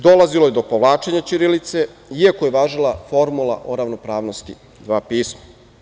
Dolazilo je do povlačenja ćirilice, iako je važila formula o ravnopravnosti dva pisma.